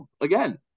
again